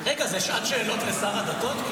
רגע, זו שעת שאלות לשר הדתות?